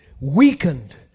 weakened